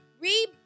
re